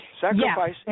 Sacrifice